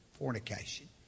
fornication